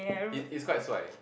he his quite so I